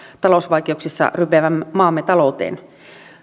talousvaikeuksissa rypevän maamme talouteen